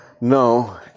No